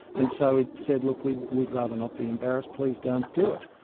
and so it said, look, we'd we'd rather not be embarrassed, please don't do it.